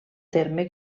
terme